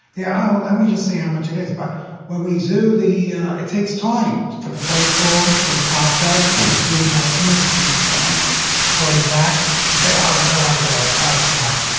yeah. oh, let me just see how much it is. but when we do the it takes time for the phone call for the process and to do and estimates do the drawing and to call you back to say, oh, i don't want to do it now is too much.